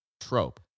trope